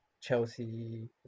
Chelsea